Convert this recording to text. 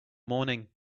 morning